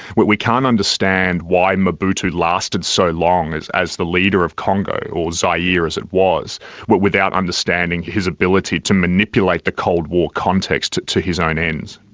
but we can't understand why mobutu lasted so long as as the leader of congo or zaire as it was without understanding his ability to manipulate the cold war context to his own ends.